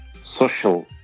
social